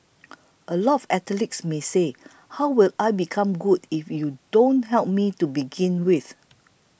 a lot of athletes may say How will I become good if you don't help me to begin with